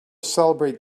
celebrate